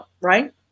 right